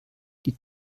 die